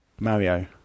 Mario